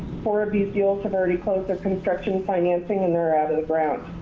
four of these deals have already closed their construction financing, and they're out of the ground.